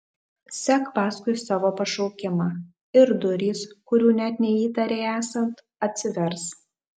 sek paskui savo pašaukimą ir durys kurių net neįtarei esant atsivers